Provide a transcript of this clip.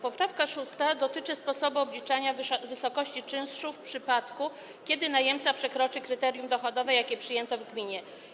Poprawka 6. dotyczy sposobu obliczania wysokości czynszu w przypadku, kiedy najemca przekroczy kryterium dochodowe, jakie przyjęto w gminie.